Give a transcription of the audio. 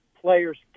players